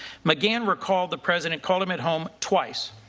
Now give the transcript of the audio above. mcgahn recalled the president called him at home twice,